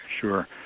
Sure